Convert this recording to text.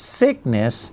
sickness